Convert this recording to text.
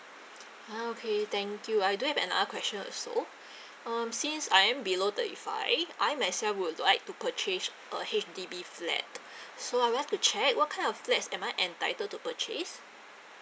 ah okay thank you I do have another question also um since I am below thirty five I'm as well would like to purchase a H_D_B flat so I want to check what kind of flats am I entitled to purchase